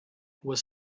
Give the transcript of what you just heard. was